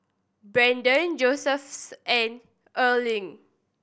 Braedon Josephus and Earline